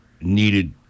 needed